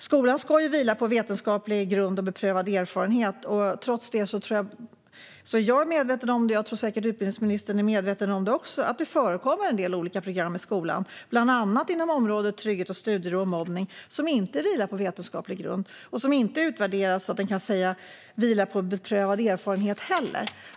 Skolan ska vila på vetenskaplig grund och beprövad erfarenhet. Jag är medveten om, och jag tror säkert att utbildningsministern också är det, att det trots det förekommer en del olika program i skolan, bland annat inom området som rör trygghet, studiero och mobbning, som inte vilar på vetenskaplig grund och som inte utvärderas så att den kan sägas vila på beprövad erfarenhet heller.